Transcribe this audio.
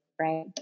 right